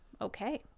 okay